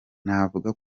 navuga